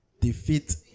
Defeat